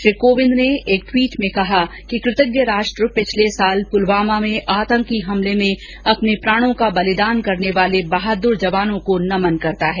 श्री कोविंद ने एक ट्वीट में कहा कि कृतज्ञ राष्ट्र पिछले वर्ष पुलवामा में आतंकी हमले में अपने प्राणों का बलिदान करने वाले बहादुर जवानों को नमन करता है